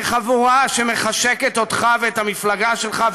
כחבורה שמחשקת אותך ואת המפלגה שלך,